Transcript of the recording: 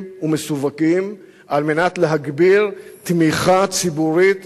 ומסווגים על מנת להגביר תמיכה ציבורית